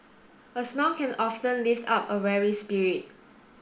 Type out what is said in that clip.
a smile can often lift up a weary spirit